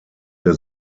der